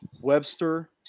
Webster